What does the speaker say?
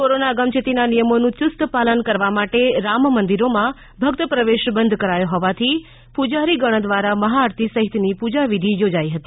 corona અગમચેતીના નિયમોનું યુસ્ત પાલન કરવા માટે રામ મંદિરો માં ભક્ત પ્રવેશ બંધ કરાયો હોવાથી પૂજારી ગણ દ્વારા મહા આરતી સહિત ની પૂજા વિધિ યોજાઈ હતી